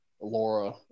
Laura